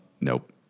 Nope